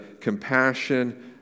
compassion